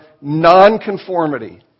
non-conformity